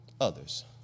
others